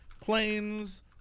Planes